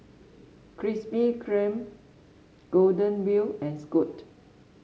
Krispy Kreme Golden Wheel and Scoot